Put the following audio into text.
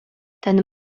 ten